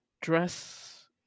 dress